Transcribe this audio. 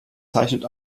zeichnet